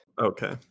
okay